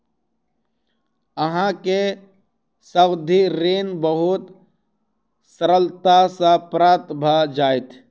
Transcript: अहाँ के सावधि ऋण बहुत सरलता सॅ प्राप्त भ जाइत